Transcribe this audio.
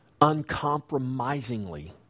uncompromisingly